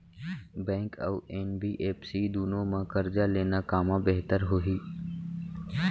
Bank अऊ NBFC दूनो मा करजा लेना कामा बेहतर होही?